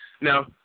Now